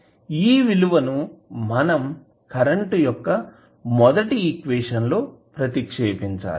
ఈ విలువని మనం కరెంటు యొక్క మొదటి ఈక్వేషన్ లో ప్రతిక్షేపించాలి